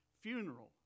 funeral